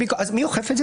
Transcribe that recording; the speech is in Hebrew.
מי אוכף את זה?